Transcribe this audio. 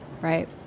Right